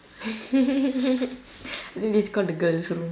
I think this is called the girls room